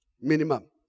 minimum